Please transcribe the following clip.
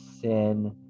sin